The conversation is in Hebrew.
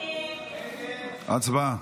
הצבעה.